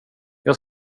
jag